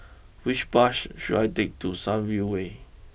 which bus should I take to Sunview way